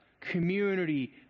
community